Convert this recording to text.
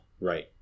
Right